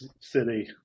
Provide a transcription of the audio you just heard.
city